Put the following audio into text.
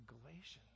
Galatians